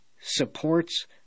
supports